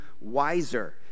wiser